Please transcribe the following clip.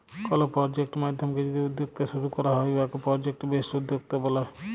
call project মাইধ্যমে যদি উদ্যক্তা শুরু ক্যরা হ্যয় উয়াকে পরজেক্ট বেসড উদ্যক্তা ব্যলে